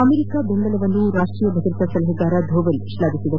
America ಬೆಂಬಲವನ್ನು ರಾಷ್ಟೀಯ ಭದ್ರತಾ ಸಲಹೆಗಾರ ದೋವೆಲ್ ಶ್ಲಾಘಿಸಿದ್ದಾರೆ